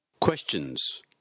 Questions